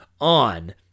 on